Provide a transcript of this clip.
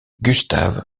gustav